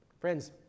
Friends